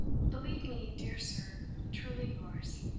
believe me, dear sir, truly yours,